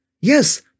yes